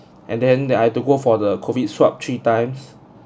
and then that I had to go for the COVID swab three times